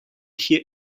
hier